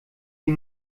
die